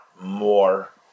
more